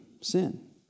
sin